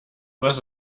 was